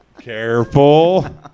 Careful